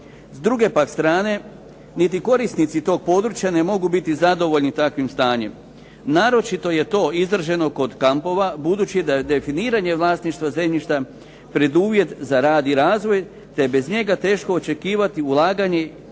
S druge pak strane, niti korisnici tog područja ne mogu biti zadovoljni takvim stanjem. Naročito je to izraženo kod kampova budući da je definiranje vlasništva zemljišta preduvjet za rad i razvoj te je bez njega teško očekivati ulaganje